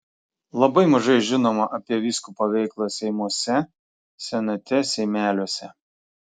labai mažai žinoma apie vyskupo veiklą seimuose senate seimeliuose